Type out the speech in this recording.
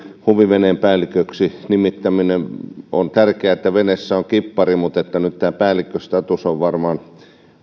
huviveneen päälliköksi nimittäminen on tärkeää että veneessä on kippari mutta tämä päällikköstatus on nyt varmaan